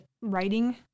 writing